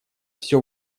все